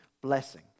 blessing